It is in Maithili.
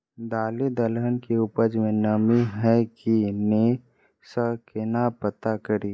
दालि दलहन केँ उपज मे नमी हय की नै सँ केना पत्ता कड़ी?